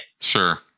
Sure